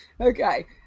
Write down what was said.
Okay